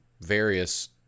various